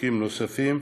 בחוקים נוספים,